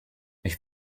ich